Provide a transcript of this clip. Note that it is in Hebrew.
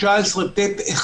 בכל מסמך או פרסום מטעמו,